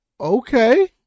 Okay